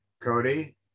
Cody